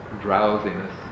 drowsiness